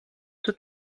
czy